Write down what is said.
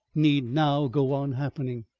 need now go on happening.